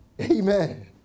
Amen